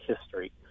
history